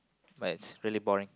but it's really boring